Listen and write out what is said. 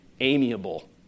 amiable